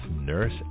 nurse